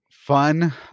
fun